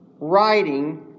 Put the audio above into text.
writing